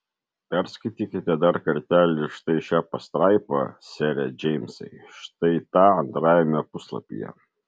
perskaitykite dar kartelį štai šią pastraipą sere džeimsai štai tą antrajame puslapyje